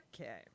Okay